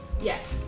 Yes